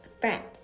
friends